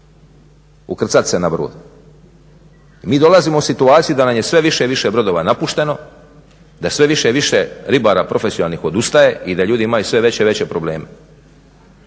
ukrcat se na brod. Mi dolazimo u situaciju da nam je sve više i više brodova napušteno, da sve više i više ribara profesionalnih odustaje i da ljudi imaju sve veće i veće probleme.